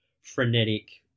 frenetic